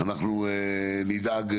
אנחנו נדאג.